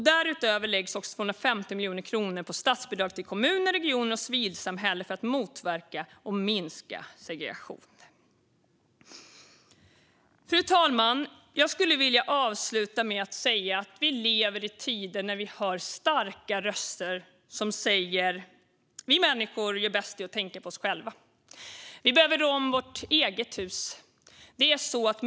Därutöver läggs också 250 miljoner kronor på statsbidrag till kommuner, regioner och civilsamhälle för att motverka och minska segregation. Fru talman! Jag vill avslutningsvis säga att vi lever i tider när vi hör starka röster som säger: Vi människor gör bäst i att tänka på oss själva. Vi behöver rå om vårt eget hus.